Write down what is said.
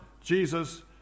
Jesus